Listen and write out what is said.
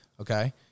okay